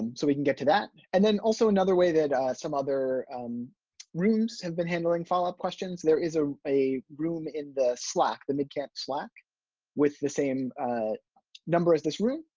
and so we can get to that. and then also another way that some other rooms have been handling follow-up questions, there is ah a room in the slack, the midcamp slack with the same number as this room.